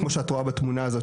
כמו שאת רואה בתמונה הזאת,